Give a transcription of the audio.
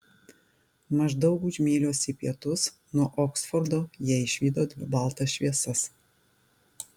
maždaug už mylios į pietus nuo oksfordo jie išvydo dvi baltas šviesas